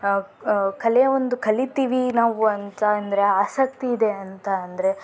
ಕಲೆಯ ಒಂದು ಕಲಿತೀವಿ ನಾವು ಅಂತ ಅಂದರೆ ಆಸಕ್ತಿ ಇದೆ ಅಂತ ಅಂದರೆ